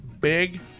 Big